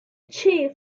chief